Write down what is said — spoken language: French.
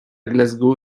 glasgow